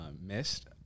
missed